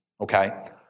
okay